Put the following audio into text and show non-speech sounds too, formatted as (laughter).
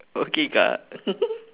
okay ka (laughs)